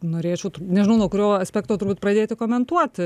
norėčiau nežinau nuo kurio aspekto turbūt pradėti komentuot